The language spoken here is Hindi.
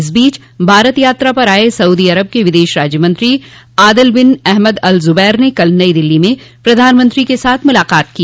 इस बीच भारत यात्रा पर आए सऊदी अरब के विदेश राज्य मंत्री Adel bin Ahmed al Jubeir ने कल नई दिल्ली में प्रधानमंत्री के साथ मुलाकात की